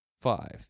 Five